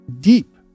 deep